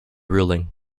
ruling